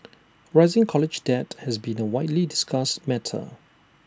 rising college debt has been A widely discussed matter